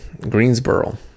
Greensboro